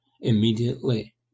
immediately